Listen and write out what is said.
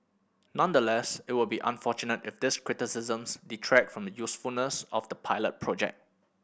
nonetheless it will be unfortunate if these criticisms detract from the usefulness of the pilot project